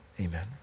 Amen